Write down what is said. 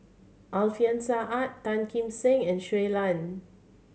Alfian Sa'at Tan Kim Seng and Shui Lan